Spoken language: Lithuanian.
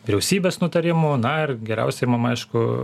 vyriausybės nutarimo na ir geriausiai mum aišku